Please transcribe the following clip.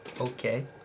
Okay